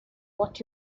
what